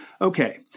Okay